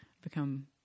become